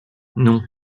non